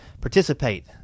participate